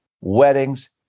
weddings